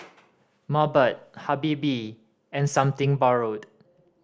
Mobot Habibie and Something Borrowed